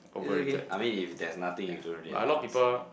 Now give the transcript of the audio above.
it's okay I mean if there's nothing you don't really have to answer